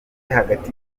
hagati